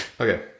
Okay